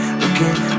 looking